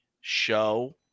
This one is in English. show